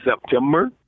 September